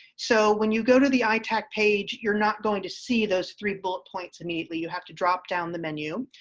so when you go to the itac page, you are not going to see the three bullet points immediately. you have to dropdown the menu.